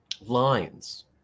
lines